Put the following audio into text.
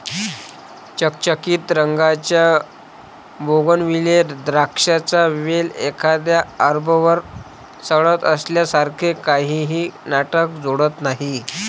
चकचकीत रंगाच्या बोगनविले द्राक्षांचा वेल एखाद्या आर्बरवर चढत असल्यासारखे काहीही नाटक जोडत नाही